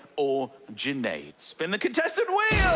or junaid. spin the contestant wheel!